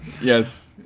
Yes